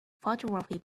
photography